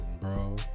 bro